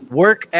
work